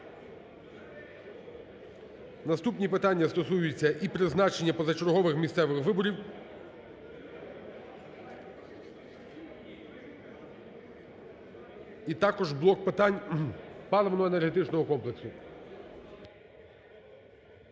Наступні питання стосуються і призначення позачергових місцевих виборів, і також блок питань паливно-енергетичного комплексу.